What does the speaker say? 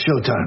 Showtime